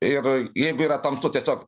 ir jeigu yra tamsu tiesiog